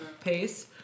pace